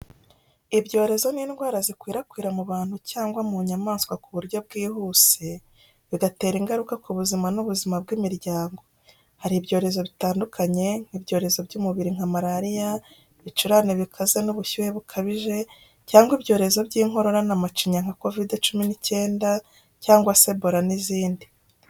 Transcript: Ibyorezo ni indwara zikwirakwira mu bantu cyangwa mu nyamaswa ku buryo bwihuse, bigatera ingaruka ku buzima n’ubuzima bw’imiryango. Hari byorezo bitandukanye, nk’ibyorezo by’umubiri nka malaria, ibicurane bikaze n’ubushyuhe bukabije, cyangwa ibyorezo by’inkorora na macinya nka COVID cumi n’I cyenda cyangwa se Ebola n’izindi.